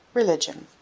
religion.